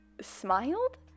smiled